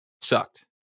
sucked